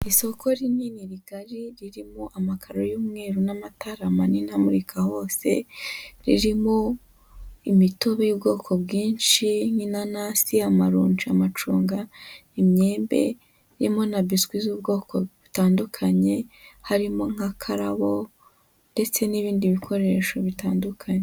Isoko rinini rigari ririmo amakaro y'umweru n'amatara manini amurika hose, ririmo imitobe y'ubwoko bwinshi nk'inanasi, amaronji, amacunga, imyembe, ririmo na biswi z'ubwoko butandukanye harimo nk'akararabo ndetse n'ibindi bikoresho bitandukanye.